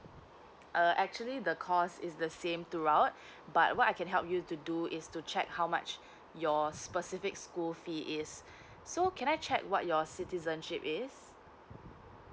uh actually the course is the same throughout but what I can help you to do is to check how much your specific school fee is so can I check what your citizenship is